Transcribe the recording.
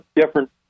different